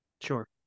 sure